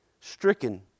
stricken